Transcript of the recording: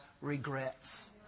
regrets